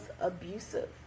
abusive